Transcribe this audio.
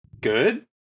good